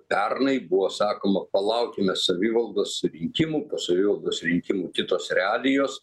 pernai buvo sakoma palaukime savivaldos rinkimų po savivaldos rinkimų kitos realijos